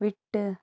விட்டு